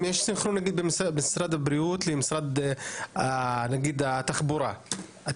אם יש סנכרון בין משרד הבריאות למשרד התחבורה למשל,